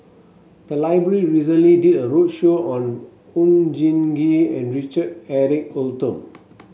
the library recently did a roadshow on Oon Jin Gee and Richard Eric Holttum